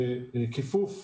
לכיפוף